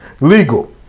legal